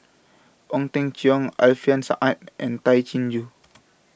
Ong Teng Cheong Alfian Sa'at and Tay Chin Joo